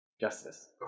justice